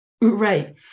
Right